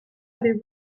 allez